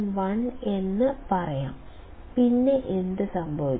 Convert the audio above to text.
001 എന്ന് പറയാം പിന്നെ എന്ത് സംഭവിക്കും